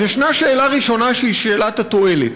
אז ישנה שאלה ראשונה, שהיא שאלת התועלת: